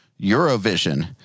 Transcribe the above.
Eurovision